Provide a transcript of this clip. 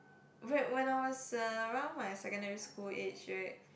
right when I was around my secondary school age right